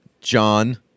John